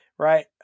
Right